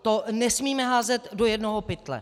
To nesmíme házet do jednoho pytle.